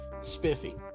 spiffy